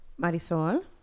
marisol